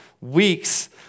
weeks